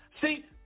See